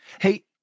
Hey